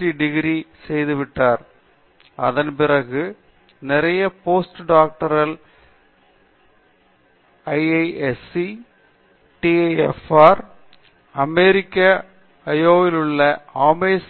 D degree செய்துவிட்டார் அதன்பிறகு நிறைய post doctoral degree I I SC T I F R அமெரிக்க அயோவாவில் உள்ள ஆமெஸ்